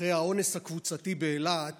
אחרי האונס הקבוצתי באילת